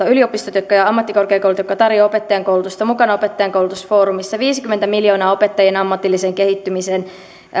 yliopistot ja ammattikorkeakoulut jotka tarjoavat opettajankoulutusta ovat mukana opettajankoulutusfoorumissa viisikymmentä miljoonaa opettajien ammatilliseen kehittymiseen